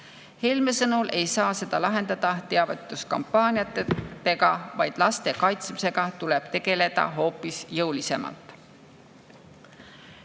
Helme sõnul ei saa seda lahendada teavituskampaaniatega, vaid laste kaitsmisega tuleb tegeleda hoopis jõulisemalt.